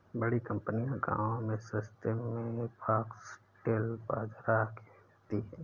बड़ी कंपनियां गांव से सस्ते में फॉक्सटेल बाजरा खरीदती हैं